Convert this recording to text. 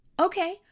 okay